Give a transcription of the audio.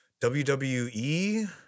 WWE